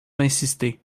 d’insister